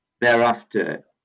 thereafter